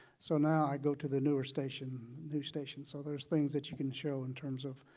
so now i go to the newer station newer station so there are things that you can show in terms of